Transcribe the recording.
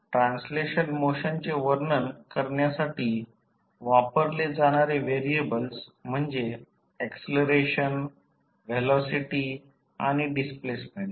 translational मोशनचे वर्णन करण्यासाठी वापरले जाणारे व्हेरिएबल्स म्हणजे ऍक्सलरेशन व्हेलॉसिटी आणि डिस्प्लेसमेंट